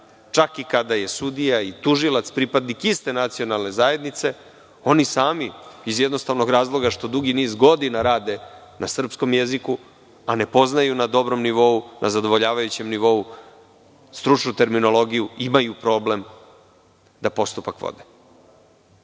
čak i kada je sudija i tužilac pripadnik iste nacionalne zajednice oni sami iz jednostavnog razloga što dugi niz godina rade na srpskom jeziku, a ne poznaju na dobrom nivou, na zadovoljavajućem nivou stručnu terminologiju, imaju problem da postupak vode. Ako